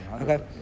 Okay